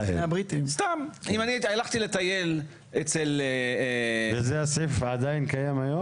אם הלכתי לטייל --- והסעיף הזה עדיין קיים היום?